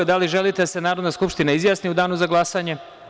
Da li želite da se Narodna skupština izjasni u danu za glasanje?